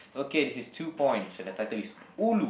okay this is two points and the title is ulu